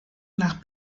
nach